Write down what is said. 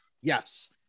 Yes